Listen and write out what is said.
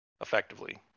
Effectively